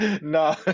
no